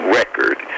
record